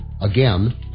Again